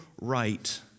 right